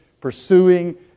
pursuing